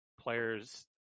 players